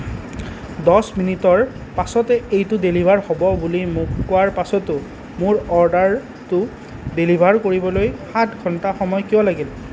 দহ মিনিটৰ পাছতে এইটো ডেলিভাৰ হ'ব বুলি মোক কোৱাৰ পাছতো মোৰ অৰ্ডাৰটো ডেলিভাৰ কৰিবলৈ সাত ঘণ্টা সময় কিয় লাগিল